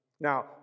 Now